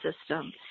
system